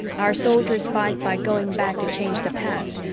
our soldiers fight by going back to change the past,